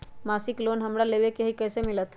मासिक लोन हमरा लेवे के हई कैसे मिलत?